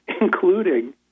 including